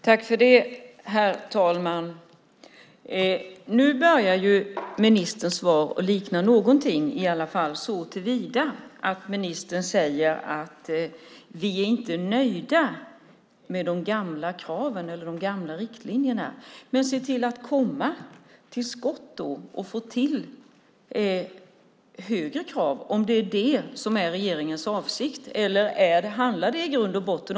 Herr talman! Nu börjar ministerns svar likna någonting, i alla fall såtillvida att ministern säger att man inte är nöjd med de gamla kraven och de gamla riktlinjerna. Men se då till att komma till skott och få till högre krav, om det är det som är regeringens avsikt!